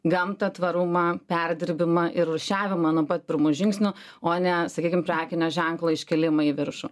gamtą tvarumą perdirbimą ir rūšiavimą nuo pat pirmų žingsnių o ne sakykim prekinio ženklo iškėlimą į viršų